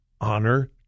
honor